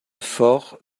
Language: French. fort